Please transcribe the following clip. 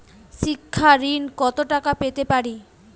শিক্ষা ঋণ কত টাকা পেতে পারি?